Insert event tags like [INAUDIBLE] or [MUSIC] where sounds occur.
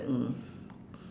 mm [BREATH]